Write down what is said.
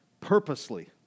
purposely